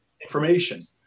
information